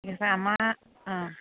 আমাৰ অঁ